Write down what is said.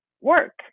work